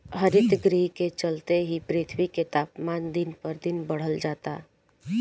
हरितगृह के चलते ही पृथ्वी के तापमान दिन पर दिन बढ़ल जाता